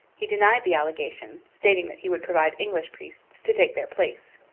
he denied the allegation, stating that he would provide english priests to take their place.